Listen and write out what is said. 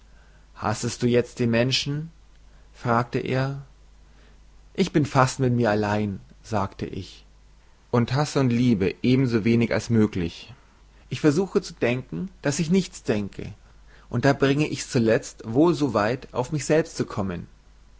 hassest du jezt die menschen fragte er ich bin fast mit mir allein sagte ich und hasse oder liebe eben so wenig als möglich ich versuche zu denken daß ich nichts denke und da bringe ich's zulezt wohl so weit auf mich selbst zu kommen